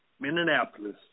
Minneapolis